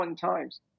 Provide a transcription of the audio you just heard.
times